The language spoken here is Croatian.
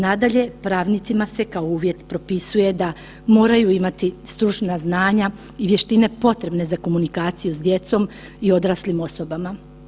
Nadalje, pravnicima se kao uvjet propisuje da moraju imati stručna znanja i vještine potrebne za komunikaciju s djecom i odraslim osobama.